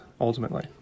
ultimately